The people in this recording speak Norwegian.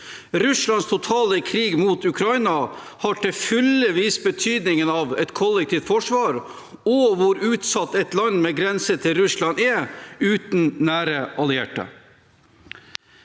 Russlands totale krig mot Ukraina har til fulle vist betydningen av et kollektivt forsvar og hvor utsatt et land med grense til Russland er uten nære allierte.